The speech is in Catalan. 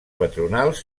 patronals